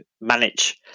manage